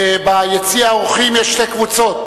ביציע האורחים יש שתי קבוצות.